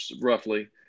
roughly